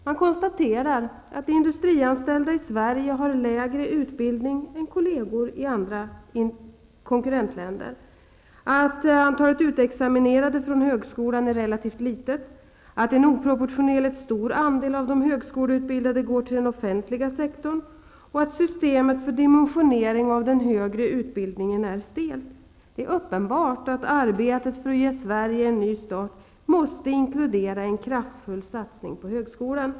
Man konstaterar att industrianställda i Sverige har lägre utbildning än kolleger i andra konkurrentländer, att antalet utexaminerade från högskolan är relativt litet, att en oproportionerligt stor andel av de högskoleutbildade går till den offentliga sektorn och att systemet för dimensionering av den högre utbildningen är stelt. Det är uppenbart att arbetet för att ge Sverige en ny start måste inkludera en kraftfull satsning på högskolan.